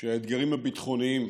שהאתגרים הביטחוניים